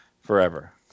forever